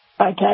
okay